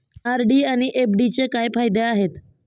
RD आणि एफ.डीचे काय फायदे आहेत?